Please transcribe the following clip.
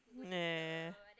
yeah yeah yeah yeah